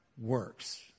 works